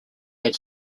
had